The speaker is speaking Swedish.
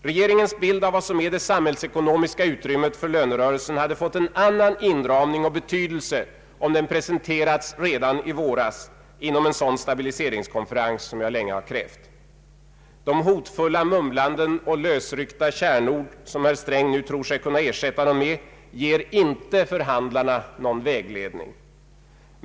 Regeringens bild av vad som är det samhällsekonomiska utrymmet för lönerörelsen hade fått en annan inramning och betydelse, om den presenterats redan i våras vid en sådan stabiliseringskonferens som jag länge krävt. De hotfulla mumlanden och lösryckta kärnord herr Sträng tror sig kunna ersätta den med ger inte förhandlarna någon vägledning.